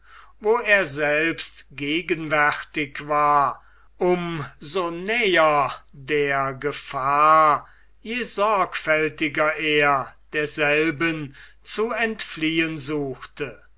wo er selbst gegenwärtig war um so näher der gefahr je sorgfältiger er derselben zu entfliehen suchte